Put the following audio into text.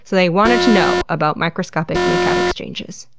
so they wanted to know about microscopic make out exchanges.